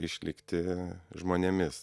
išlikti žmonėmis